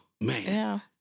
man